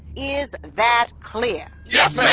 is that clear? yes, ma'am!